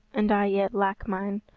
and i yet lack mine.